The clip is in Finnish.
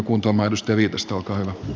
no niin